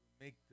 make